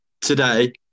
Today